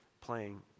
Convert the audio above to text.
playing